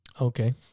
Okay